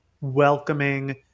welcoming